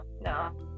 no